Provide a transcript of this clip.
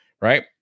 right